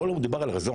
פה לא מדובר על רזון.